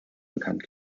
bekannt